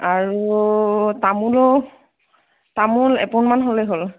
আৰু তামোলো তামোল এপোনমান হ'লেই হ'ল